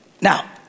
Now